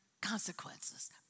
consequences